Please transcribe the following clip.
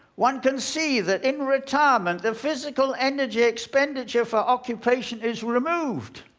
one can see that in retirement, the physical energy expenditure for occupation is removed,